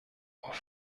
auf